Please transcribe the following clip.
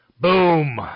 Boom